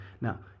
Now